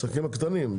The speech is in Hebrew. העסקים הקטנים.